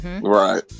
Right